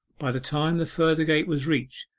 by the time the further gate was reached,